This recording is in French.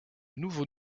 nouveau